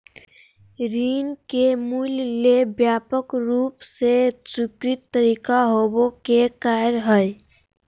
ऋण के मूल्य ले व्यापक रूप से स्वीकृत तरीका होबो के कार्य हइ